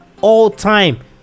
all-time